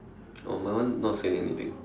oh my one not saying anything